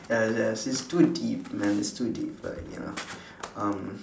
ya yes it's too deep man it's too deep but ya um